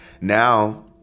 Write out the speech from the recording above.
Now